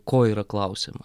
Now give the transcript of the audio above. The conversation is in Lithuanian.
ko yra klausiama